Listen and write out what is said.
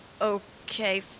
Okay